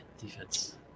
Defense